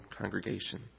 congregation